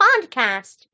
podcast